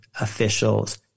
officials